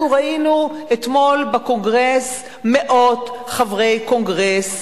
אנחנו ראינו אתמול בקונגרס מאות חברי קונגרס,